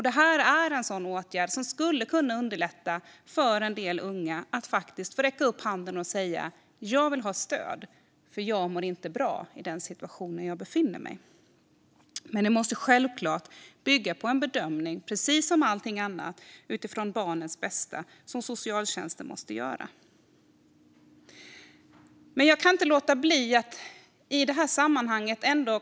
Det här är en åtgärd som skulle kunna underlätta för en del unga då de får räcka upp handen och säga: Jag vill ha stöd, för jag mår inte bra i den situation jag befinner mig i. Men det måste självklart, precis som allting annat, bygga på en bedömning av socialtjänsten utifrån barnens bästa.